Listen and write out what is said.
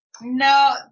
No